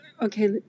Okay